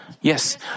Yes